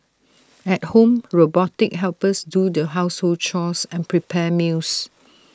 at home robotic helpers do the household chores and prepare meals